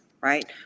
right